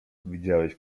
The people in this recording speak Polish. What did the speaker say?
widziałeś